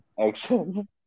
Action